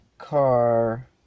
car